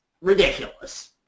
ridiculous